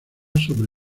sobre